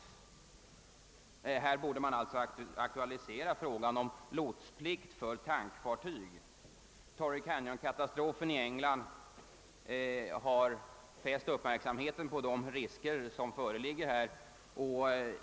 Frågan om Jlotsplikt för tankfartyg borde alltså aktualiseras. — Torrey Canyonkatastrofen i England har fäst uppmärksamheten på de risker som föreligger.